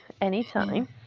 Anytime